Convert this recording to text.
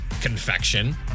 Confection